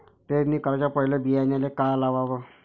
पेरणी कराच्या पयले बियान्याले का लावाव?